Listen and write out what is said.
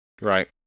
Right